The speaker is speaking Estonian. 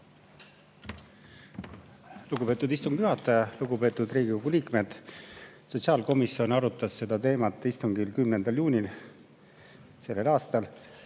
Lugupeetud istungi juhataja! Lugupeetud Riigikogu liikmed! Sotsiaalkomisjon arutas seda teemat istungil 10. juunil sellel aastal.